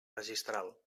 registral